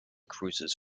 cruises